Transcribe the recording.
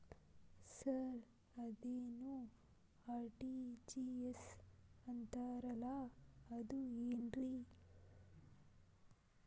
Sir ಅದೇನು RTGS ಅಂತಾರಲಾ ಅದು ಏನ್ರಿ?